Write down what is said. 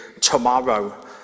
tomorrow